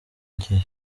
gihe